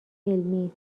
علمی